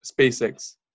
SpaceX